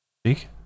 Speak